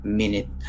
minute